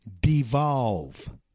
devolve